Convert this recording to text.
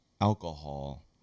alcohol